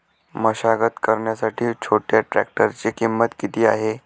मशागत करण्यासाठी छोट्या ट्रॅक्टरची किंमत किती आहे?